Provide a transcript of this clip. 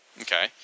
Okay